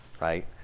Right